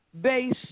base